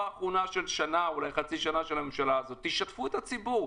האחרונה בחצי השנה של הממשלה הזאת: תשתפו את הציבור,